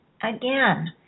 Again